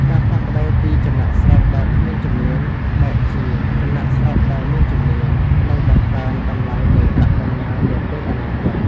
ការផ្លាស់ប្តូរពី "ចំណាកស្រុកដែលគ្មានជំនាញ" មកជា "ចំណាកស្រុកដែលមានជំនាញ" នឹងបង្កើនតម្លៃនៃប្រាក់បញ្ញើនាពេលអនាគត។